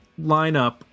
lineup